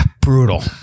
Brutal